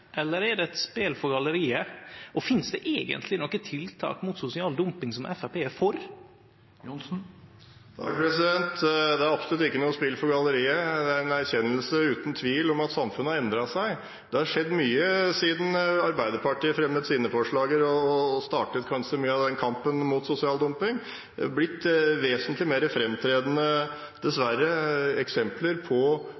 eller er det eit spel for galleriet? Og finst det eigentleg noko tiltak mot sosial dumping som Framstegspartiet er for? Det er absolutt ikke noe spill for galleriet, det er en erkjennelse – uten tvil – av at samfunnet har endret seg. Det har skjedd mye siden Arbeiderpartiet fremmet sine forslag og kanskje startet mye av denne kampen mot sosial dumping. Det er dessverre blitt vesentlig